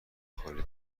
خالی